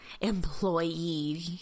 employee